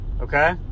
okay